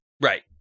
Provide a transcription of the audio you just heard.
Right